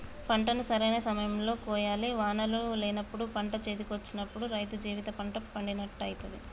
పంటను సరైన సమయం లో కోయాలి వానలు లేనప్పుడు పంట చేతికొచ్చినప్పుడు రైతు జీవిత పంట పండినట్టయితది